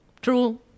true